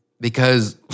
Because-